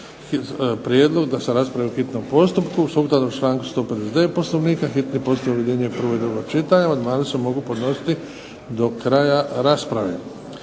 prijedlog da se raspravi u hitnom postupku sukladno članku 159. Poslovnika hitni postupak objedinjuje prvo i drugo čitanje. Amandmani se mogu podnositi do kraja rasprave.